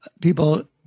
people